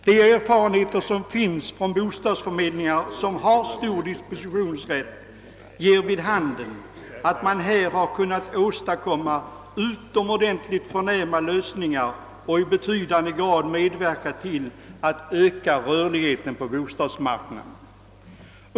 De erfarenheter som vunnits vid bostadsförmedlingar som har en omfattande dispositionsrätt ger vid handen att de har kunnat åstadkomma utomordentligt förnämliga lösningar och i betydande utsträckning medverkat till att öka rörligheten på bostadsmarknaden.